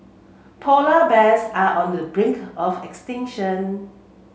polar bears are on the brink of extinction